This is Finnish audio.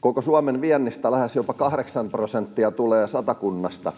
Koko Suomen viennistä lähes jopa kahdeksan prosenttia tulee Satakunnasta,